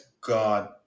God